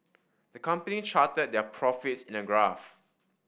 the company charted their profits in a graph